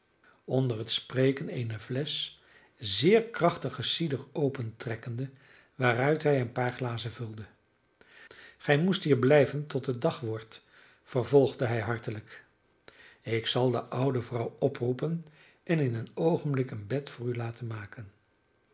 onder het spreken eene flesch zeer krachtigen cider opentrekkende waaruit hij een paar glazen vulde gij moest hier blijven tot het dag wordt vervolgde hij hartelijk ik zal de oude vrouw oproepen en in een oogenblik een bed voor u laten maken